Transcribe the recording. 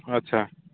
अच्छा